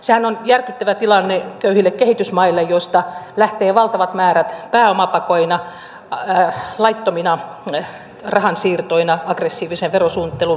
sehän on järkyttävä tilanne köyhille kehitysmaille joista lähtee valtavat määrät pääomapakoina laittomina rahansiirtoina aggressiivisen verosuunnittelun vuoksi